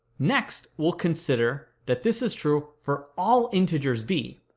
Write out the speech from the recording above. next, we'll consider that this is true for all integers b.